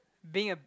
being a